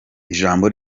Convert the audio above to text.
ijambo